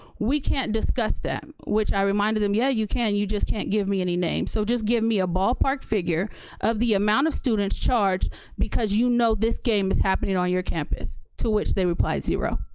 we can't discuss them, which i reminded them yeah, you can, you just can't get me any names, so just give me a ballpark figure of the amount of students charged because you know this game is happening on your campus. to which they replied zero.